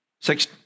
six